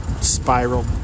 spiral